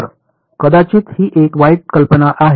तर कदाचित ही एक वाईट कल्पना आहे